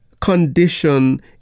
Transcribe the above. condition